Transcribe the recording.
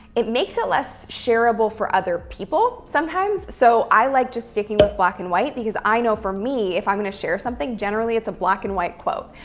it makes it less shareable for other people, sometimes. so i like just sticking with black and white, because i know for me, if i'm going to share something, generally it's a black and white quote.